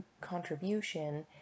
contribution